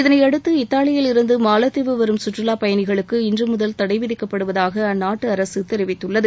இதனையடுத்து இத்தாலியில் இருந்து மாலத்தீவு வரும் சுற்றுலாப் பயணிகளுக்கு இன்று முதல் தடை விதிக்கப்படுவதாக அந்நாட்டு அரசு தெரிவித்துள்ளது